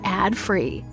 ad-free